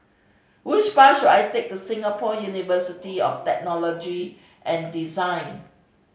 which bus should I take to Singapore University of Technology and Design